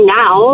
now